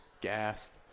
gassed